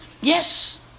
Yes